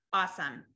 awesome